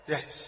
Yes